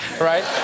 right